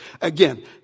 Again